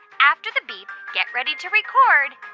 after the beep, get ready to record